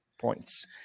points